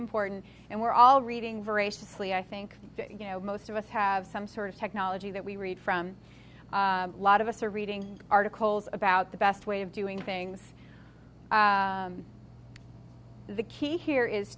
important and we're all reading graciously i think you know most of us have some sort of technology that we read from a lot of us are reading articles about the best way of doing things the key here is